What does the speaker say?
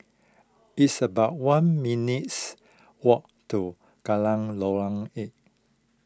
it's about one minutes' walk to Geylang Lorong eight